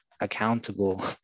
accountable